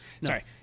Sorry